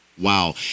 Wow